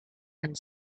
and